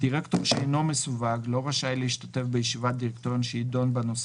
דירקטור שאינו מסווג לא רשאי להשתתף בישיבת דירקטוריון שיידון בה נושא